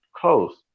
close